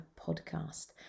podcast